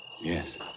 Yes